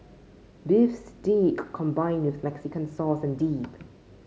beef steak combined with Mexican sauce and dip